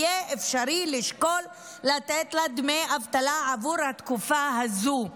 יהיה אפשרי לשקול לתת לה דמי אבטלה עבור התקופה הזו.